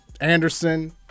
Anderson